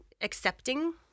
accepting